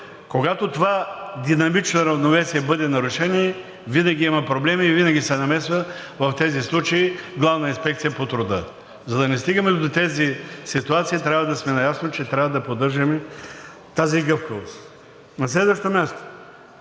когато това динамично равновесие бъде нарушено, винаги има проблеми и винаги се намесва в тези случаи Главната инспекция по труда. За да не стигаме до тези ситуации, трябва да сме наясно, че трябва да поддържаме тази гъвкавост. На следващо място,